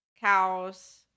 cows